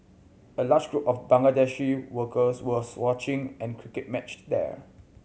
a large group of Bangladeshi workers was watching an cricket matched there